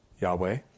Yahweh